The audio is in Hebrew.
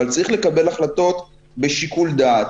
אבל צריך לקבל החלטות בשיקול דעת.